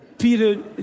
Peter